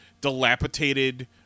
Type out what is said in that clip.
dilapidated